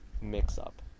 mix-up